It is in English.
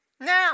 now